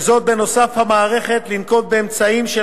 זאת נוסף על חובת המערכת לנקוט אמצעים של